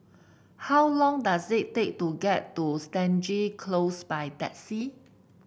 how long does it take to get to Stangee Close by taxi